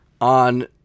on